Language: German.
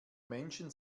menschen